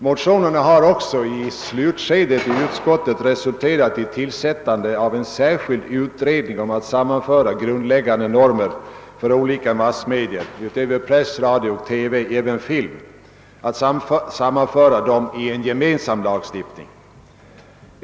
Motionerna har även i slutskedet i utskottet resulterat i tillsättande av en särskild utredning om att sammanföra grundläggande normer för olika mass media — utöver press, radio och TV även film -— i en gemensam lagstiftning.